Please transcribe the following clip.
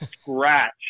scratch